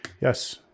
yes